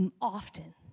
often